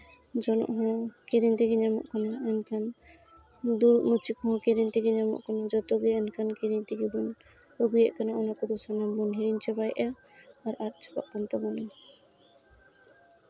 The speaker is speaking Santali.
ᱡᱚᱱᱚᱜ ᱦᱚᱸ ᱠᱤᱨᱤᱧ ᱛᱮᱜᱮ ᱧᱟᱢᱚᱜ ᱠᱟᱱᱟ ᱮᱱᱠᱷᱟᱱ ᱫᱩᱲᱩᱵ ᱢᱟᱹᱪᱤ ᱠᱚᱦᱚᱸ ᱠᱤᱨᱤᱧ ᱛᱮᱜᱮ ᱧᱟᱢᱚᱜ ᱠᱟᱱᱟ ᱡᱚᱛᱚᱜᱮ ᱮᱱᱠᱷᱟᱱ ᱠᱤᱨᱤᱧ ᱛᱮᱜᱮ ᱵᱚᱱ ᱟᱹᱜᱩᱭᱮᱫ ᱠᱟᱱᱟ ᱚᱱᱟ ᱠᱚᱫᱚ ᱥᱟᱱᱟᱢ ᱵᱚᱱ ᱦᱤᱲᱤᱧ ᱪᱟᱵᱟᱭᱮᱫᱟ ᱟᱨ ᱟᱫ ᱪᱟᱵᱟᱜ ᱠᱟᱱ ᱛᱟᱵᱚᱱᱟ